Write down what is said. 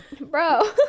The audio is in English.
bro